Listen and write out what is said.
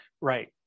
Right